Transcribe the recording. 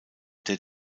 der